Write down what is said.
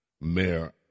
Mayor